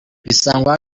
bisangwa